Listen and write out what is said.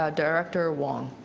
director wong.